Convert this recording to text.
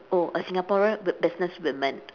oh a Singaporean bu~ business woman